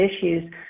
issues